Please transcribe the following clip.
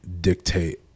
dictate